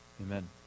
Amen